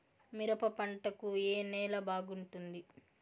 మిరప పంట కు ఏ నేల బాగుంటుంది?